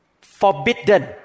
forbidden